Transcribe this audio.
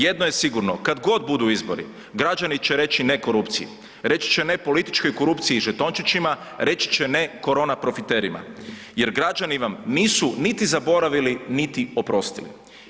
Jedno je sigurno kad god budu izbori, građani će reći ne korupciji, reći će ne političkoj korupciji i žetončićima, reći će ne korona profiterima jer građani vam nisu niti zaboravili niti oprostili.